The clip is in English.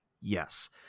yes